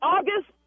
August